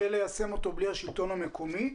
יהיה ליישם אותו בלי השלטון המקומי.